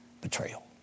Betrayal